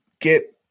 get